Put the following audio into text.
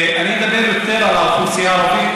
אני מדבר יותר על האוכלוסייה הערבית,